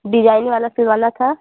design वाला सिलवाना था